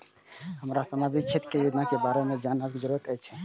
हमरा सामाजिक क्षेत्र के योजना के बारे में जानय के जरुरत ये?